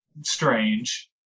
strange